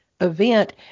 event